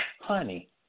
Honey